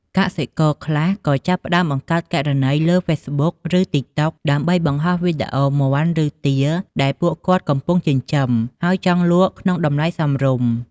កសិករខ្លះក៏ចាប់ផ្ដើមបង្កើតគណនីលើហ្វេសប៊ុក (Facebook) ឬ ទីកតុក (TikTok) ដើម្បីបង្ហោះវីដេអូមាន់ ឬទាដែលពួកគាត់កំពុងចិញ្ចឹម ហើយចង់លក់ក្នុងតម្លៃសមរម្យ។